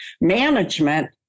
management